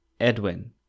Edwin